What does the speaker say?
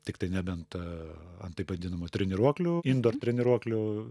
tiktai nebent ant taip vadinamų treniruoklių indoor treniruoklių